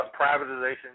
Privatization